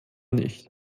nicht